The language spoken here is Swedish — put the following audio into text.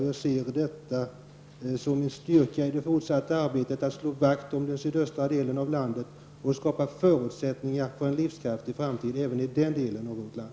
Jag ser det som en styrka i det fortsatta arbetet att slå vakt om den sydöstra delen av landet och att skapa förutsättningar för en livskraftig framtid även i den delen av vårt land.